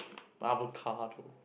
avocado